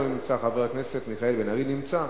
לא נמצא,